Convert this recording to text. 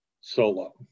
solo